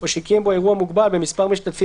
או שקיים בו אירוע מוגבל במספר משתתפים